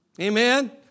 Amen